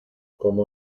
como